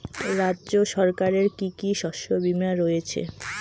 রাজ্য সরকারের কি কি শস্য বিমা রয়েছে?